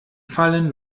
fallen